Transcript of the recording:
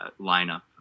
lineup